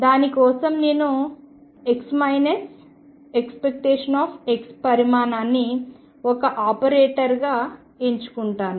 దాని కోసం నేను x ⟨x⟩ పరిమాణాన్ని ఒక ఆపరేటర్గా ఎంచుకుంటాను